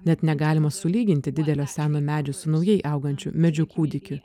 net negalima sulyginti didelio seno medžio su naujai augančiu medžiu kūdikiu